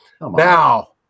Now